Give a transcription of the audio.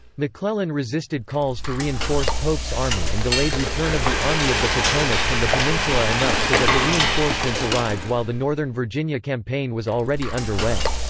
mcclellan resisted calls to reinforce pope's army and delayed return of the army of the potomac from the peninsula enough so that the reinforcements arrived while the northern virginia campaign was already underway.